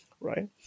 right